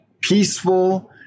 peaceful